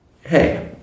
hey